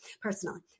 personally